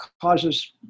causes